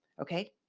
Okay